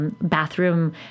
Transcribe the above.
bathroom